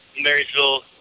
Marysville